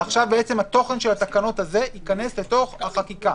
ועכשיו בעצם התוכן של התקנות האלה ייכנס לתוך החקיקה,